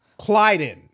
Clyden